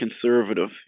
conservative